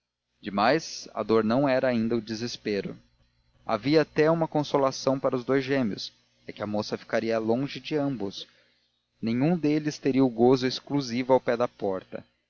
demais a dor não era ainda o desespero havia até uma consolação para os dous gêmeos é que a moça ficaria longe de ambos nenhum deles teria o gozo exclusivo ao pé da porta